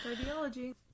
ideology